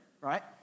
right